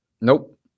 Nope